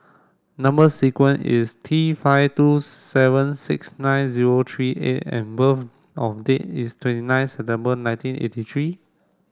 number sequence is T five two seven six nine zero three A and birth of date is twenty nine September nineteen eighty three